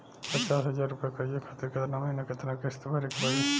पचास हज़ार रुपया कर्जा खातिर केतना महीना केतना किश्ती भरे के पड़ी?